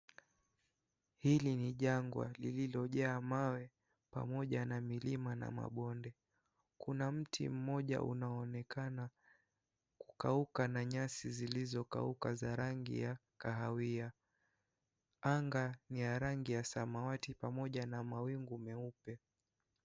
Hili ni jangwa lililojaa mawe pamoja na milima na mabonde. Kuna mti mmoja unaonekana kukauka na nyasi zilizokauka za rangi ya kahawia. Anga ni ya rangi ya samawati pamoja na mawingu meupe.